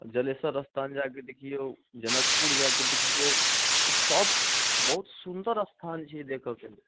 जलेशर स्थान जाके देखिऔ जनकपुर जाके देखिऔ ई सब बहुत सुन्दर स्थान छियै देखऽके लेल